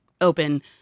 open